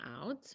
out